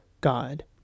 God